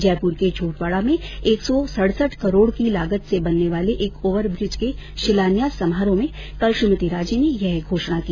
जयपुर के झोटवाड़ा में एक सौ सडसठ करोड़ की लागत से बनने वाले एक ओवरब्रिज के शिलान्यास समारोह में कल श्रीमती राजे ने यह घोषणा की